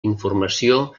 informació